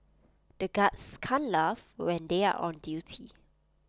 the guards can't laugh when they are on duty